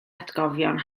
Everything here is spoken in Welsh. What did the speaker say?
atgofion